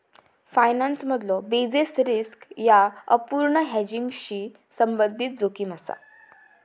फायनान्समधलो basis risk ह्या अपूर्ण हेजिंगशी संबंधित जोखीम असा